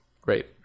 Great